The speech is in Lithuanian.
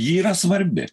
ji yra svarbi